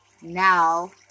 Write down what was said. now